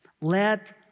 Let